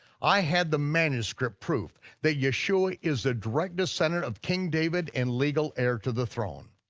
i had the manuscript proof that yeshua is the direct descendant of king david and legal heir to the throne.